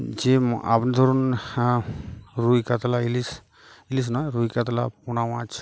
যে আপনি ধরুন হ্যা রুই কাতলা ইলিশ ইলিশ না রুই কাতলা পোনা মাছ